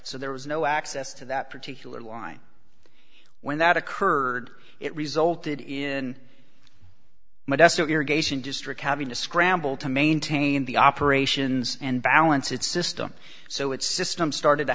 so there was no access to that particular line when that occurred it resulted in modesto irrigation district having to scramble to maintain the operations and balance its system so its system started